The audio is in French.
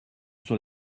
sur